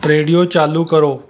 radio ਚਾਲੂ ਕਰੋ